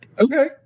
okay